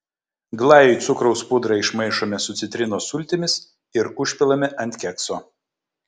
glajui cukraus pudrą išmaišome su citrinos sultimis ir užpilame ant kekso